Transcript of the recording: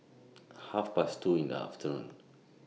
Half Past two in The afternoon